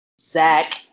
Zach